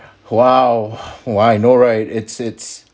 !wow! why no right it's it's